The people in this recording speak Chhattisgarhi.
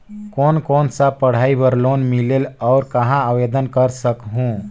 कोन कोन सा पढ़ाई बर लोन मिलेल और कहाँ आवेदन कर सकहुं?